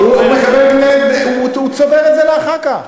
הוא צובר את זה לאחר כך.